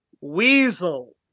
Weasel